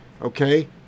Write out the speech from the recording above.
okay